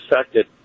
affected